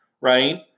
right